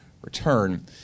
return